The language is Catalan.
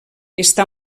està